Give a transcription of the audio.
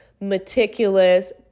meticulous